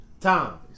time